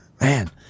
man